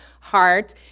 heart